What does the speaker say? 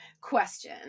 question